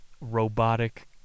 robotic